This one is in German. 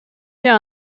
wir